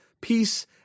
peace